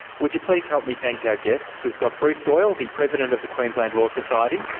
would you please help me thank our guests. we've got bruce doyle, the president of the queensland law society